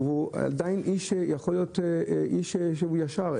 הוא עדיין יכול להיות איש ישר,